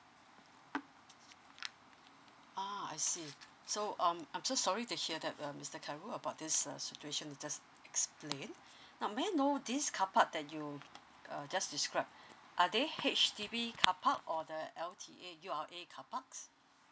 ah I see so um I'm so sorry to hear that uh mister khairul about this uh situation you just explain now may I know this carpark that you err just describe are they H_D_B carpark or the L_T_A U_R_A carparks